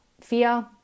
Fear